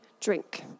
drink